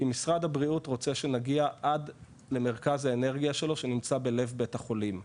כי משרד הבריאות רוצה שנגיע עד למרכז האנרגיה שלו שנמצא בלב בית החולים.